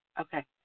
Okay